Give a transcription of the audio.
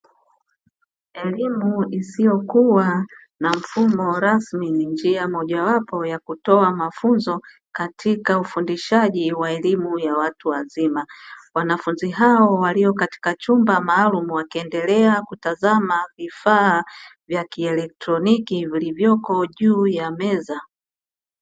Elimu isiyo kuwa na mfumo rasmi ni njia mojawapo ya kutoa mafunzo katika ufundishaji wa elimu ya watu wazima, wanafunzi hao walio katika chumba maalumu wakiendelea kutazama vifaa vya kielektroniki vilivyoko juu ya meza.